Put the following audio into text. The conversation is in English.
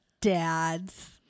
Dads